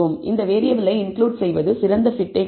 இந்த வேறியபிள்களை இன்கிளுட் செய்வது சிறந்த பிட் கொடுக்கும்